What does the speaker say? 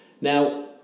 Now